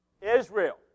Israel